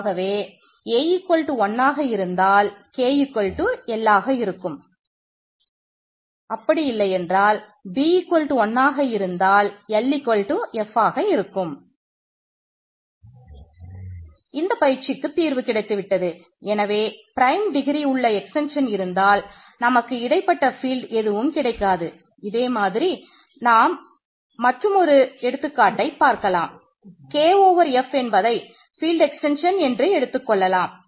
a 1 ஆக இருந்தால் K L ஆக இருக்கும் b1 ஆக இருந்தால் LF ஆக இருக்கும்